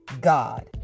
God